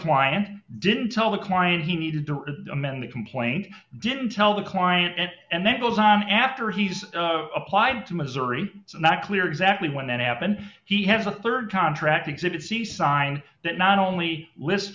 client didn't tell the client he needed to amend the complaint didn't tell the client it and then goes on after he's applied to missouri it's not clear exactly when that happened he has a rd contract exhibits the sign that not only list